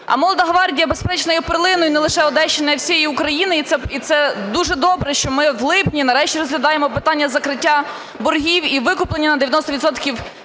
а "Молода гвардія", безперечно, є перлиною не лише Одещини, а й усієї України. І це дуже добре, що ми в липні нарешті розглядаємо питання закриття боргів і викуплення на 90